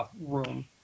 room